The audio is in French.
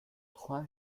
trois